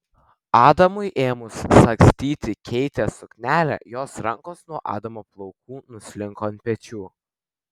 adamui ėmus sagstyti keitės suknelę jos rankos nuo adamo plaukų nuslinko ant pečių